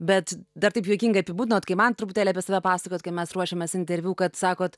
bet dar taip juokingai apibūdinot kai man truputėlį apie save pasakojot kai mes ruošėmės interviu kad sakot